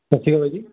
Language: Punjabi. ਸਤਿ ਸ਼੍ਰੀ ਅਕਾਲ ਬਾਈ ਜੀ